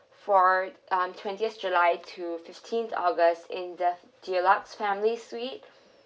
for on twentieth july to fifteenth august in the deluxe family suite